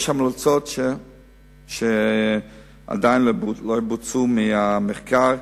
יש המלצות שעדיין לא בוצעו מהמחקר: